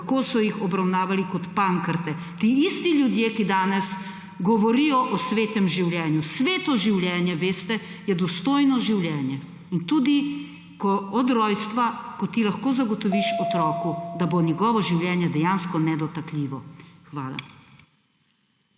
kako so jih obravnavali kot pankrte ti isti ljudje, ki danes govorijo o svetem življenju. Sveto življenje je dostojno življenje in tudi od rojstva, ko ti lahko zagotoviš otroku, da bo njegovo življenje dejansko nedotakljivo. Hvala.